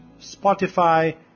Spotify